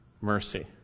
mercy